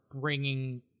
bringing